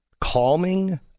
calming